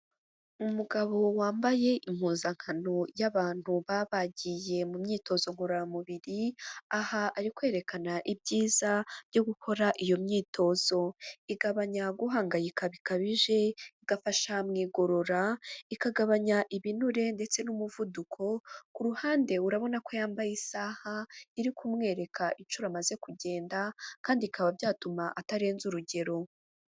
Umugabo wambaye impuzankano y'abantu baba bagiye mu myitozo ngororamubiri, aha ari kwerekana ibyiza byo gukora iyo myitozo. Igabanya guhangayika bikabije, igafasha mu igorora, ikagabanya ibinure ndetse n'umuvuduko, ku ruhande urabona ko yambaye isaha iri kumwereka inshuro amaze kugenda kandi bikaba byatuma atarenza urugero.